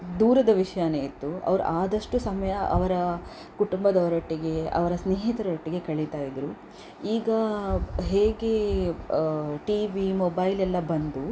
ದೂರದ ವಿಷಯವೇಯಿತ್ತು ಅವ್ರು ಆದಷ್ಟು ಸಮಯ ಅವರ ಕುಟುಂಬದವರೊಟ್ಟಿಗೆ ಅವರ ಸ್ನೇಹಿತರೊಟ್ಟಿಗೆ ಕಳಿತಾಯಿದ್ದರು ಈಗ ಹೇಗೆ ಟಿವಿ ಮೊಬೈಲೆಲ್ಲ ಬಂದು